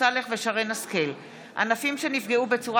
שיר סגמן ובועז טופורובסקי בנושא: ענפים שנפגעים בצורה